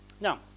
Now